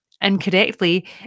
incorrectly